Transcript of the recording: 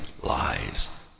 lies